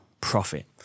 profit